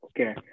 Okay